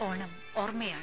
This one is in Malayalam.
ഓണം ഓർമ്മയാണ്